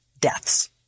deaths